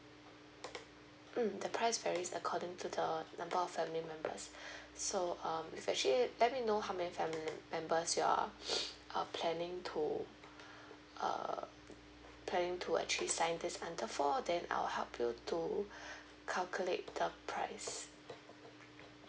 mm the price varies according to the number of family members so um is actually let me know how many family members you are planning to uh planning to actually sign this under for then I'll help you to calculate the price